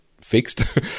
fixed